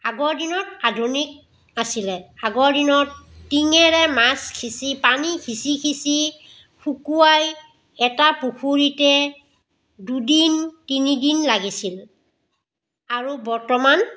আগৰ দিনত আধুনিক আছিল আগৰ দিনত টিঙেৰে মাছ সিঁচি পানী সিঁচি সিঁচি শুকুৱাই এটা পুখুৰীতে দুদিন তিনিদিন লাগিছিল আৰু বৰ্তমান